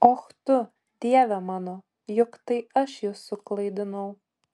och tu dieve mano juk tai aš jus suklaidinau